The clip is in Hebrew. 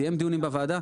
סיים דיונים בוועדה,